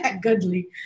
Goodly